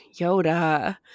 Yoda